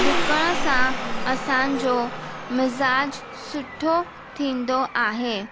डुकण सां असांजो मिज़ाजु सुठो थींदो आहे